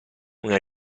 una